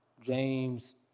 James